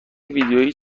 ویدیویی